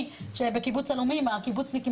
מצא בקיבוץ דתי ולא הגיוני שבקיבוץ אלומים הקיבוצניקים